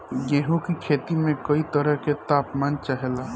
गेहू की खेती में कयी तरह के ताप मान चाहे ला